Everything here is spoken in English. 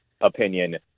opinion